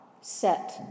set